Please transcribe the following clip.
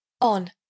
On